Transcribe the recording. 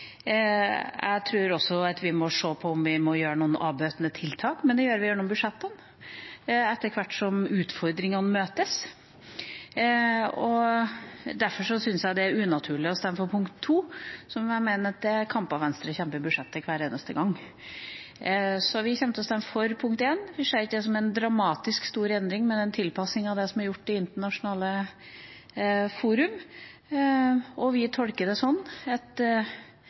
Jeg tror også at vi må se på om vi må gjøre noen avbøtende tiltak, men det gjør vi i budsjettene etter hvert som utfordringene møtes. Derfor synes jeg det er unaturlig å stemme for forslag nr. 2, fordi jeg mener det er kamper som Venstre utkjemper i forhandlingene om budsjettet hver eneste gang. Så vi kommer til å stemme for forslag nr. 1. Vi ser ikke på det som en dramatisk stor endring, med tanke på den tilpassinga som har blitt gjort i internasjonale fora. Vi tolker det sånn at